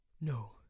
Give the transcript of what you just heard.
No